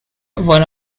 one